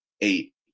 eight